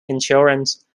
insurance